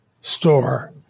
store